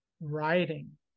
writing